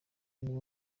nibo